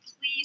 Please